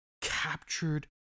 captured